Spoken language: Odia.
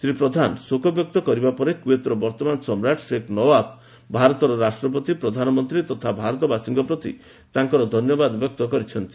ଶ୍ରୀ ପ୍ରଧାନ ଶୋକ ବ୍ୟର୍ତ୍ତ କରିବା ପରେ କୁଏତର ବର୍ତ୍ତମାନ ସମ୍ରାଟ ଶେଖ ନୱାଫ ଭାରତର ରାଷ୍ଟ୍ରପତି ପ୍ରଧାନମନ୍ତ୍ରୀ ତଥା ଭାରତବାସୀଙ୍କ ପ୍ରତି ତାଙ୍କର ଧନ୍ୟବାଦ ବ୍ୟକ୍ତ କରିଛନ୍ତି